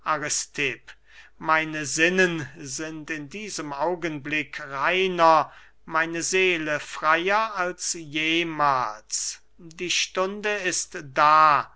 meine sinne sind in diesem augenblick reiner meine seele freyer als jemahls die stunde ist da